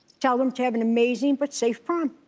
tell them to have an amazing, but safe prom.